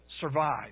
survive